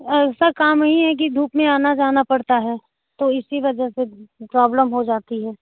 ऐसा काम की है की धूप में आना जाना पड़ता है तो इसी वजह से प्रोब्लम हो जाती है